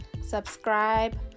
subscribe